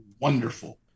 Wonderful